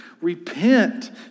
repent